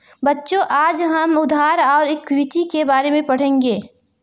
बच्चों आज हम उधार और इक्विटी के बारे में पढ़ेंगे